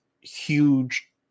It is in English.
huge